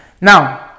Now